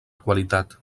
qualitat